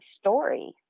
story